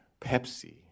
Pepsi